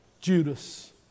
Judas